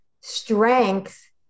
strength